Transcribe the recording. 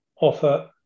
offer